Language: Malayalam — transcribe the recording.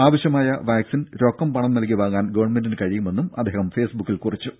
ആവശ്യമായ വാക്സിൻ രൊക്കം പണം നൽകി വാങ്ങാൻ ഗവൺമെന്റിന് കഴിയുമെന്നും അദ്ദേഹം ഫെയ്സ്ബുക്കിൽ കുറിച്ചു